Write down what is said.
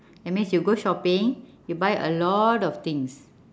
that means you go shopping you buy a lot of things